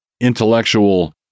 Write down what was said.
intellectual